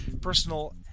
personal